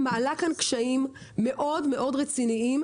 מעלה כאן קשיים מאוד-מאוד רציניים,